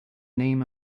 name